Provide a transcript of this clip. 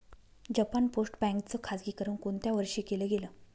Japan post bank च खाजगीकरण कोणत्या वर्षी केलं गेलं?